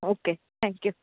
okay thank you